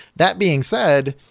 that being said,